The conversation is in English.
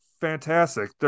fantastic